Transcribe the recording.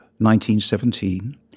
1917